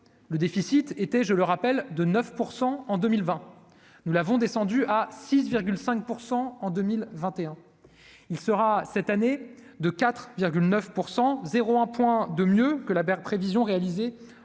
le déficit était, je le rappelle, de 9 % en 2020, nous l'avons descendu à 6 5 % en 2021 il sera cette année de 4 virgule 9 % 01 points de mieux que la Berd prévisions réalisées